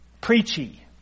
preachy